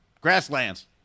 Grasslands